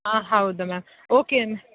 ಹಾಂ ಹೌದಾ ma'am okay